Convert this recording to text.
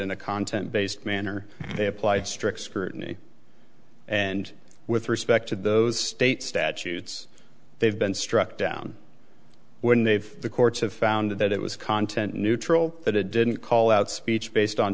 in a content based manner they applied strict scrutiny and with respect to those state statutes they've been struck down when they've the courts have found that it was content neutral that it didn't call out speech based on